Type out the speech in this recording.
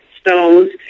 stones